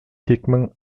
hickman